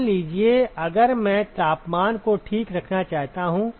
मान लीजिए अगर मैं तापमान को ठीक रखना चाहता हूं